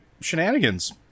shenanigans